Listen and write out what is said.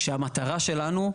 כשהמטרה שלנו,